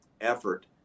effort